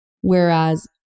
Whereas